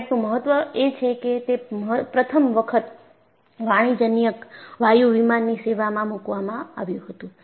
કોમેટનું મહત્વ એ છે કે તે પ્રથમ વખત વાણીજ્યક વાયુ વિમાનની સેવામાં મૂકવામાં આવ્યું હતું